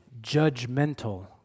judgmental